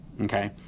Okay